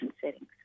settings